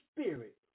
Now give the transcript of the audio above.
spirit